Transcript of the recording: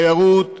תיירות